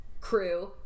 crew